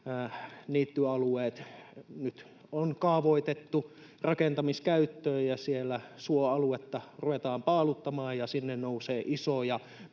niittyalueet nyt on kaavoitettu rakentamiskäyttöön ja siellä suoaluetta ruvetaan paaluttamaan ja sinne nousee isoja